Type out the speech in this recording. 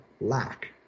lack